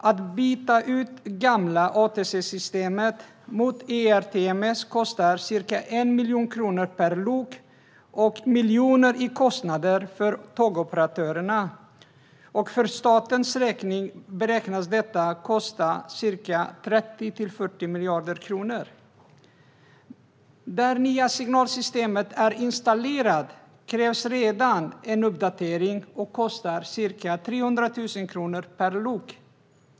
Att byta ut det gamla ATC-systemet mot ERTMS kostar ca 1 miljon kronor per lok, vilket blir miljoner i kostnader för tågoperatörerna. För statens del beräknas detta kosta ca 30-40 miljarder kronor. Redan när det nya signalsystemet är installerat krävs en uppdatering, vilket kostar ca 300 000 kronor per lok.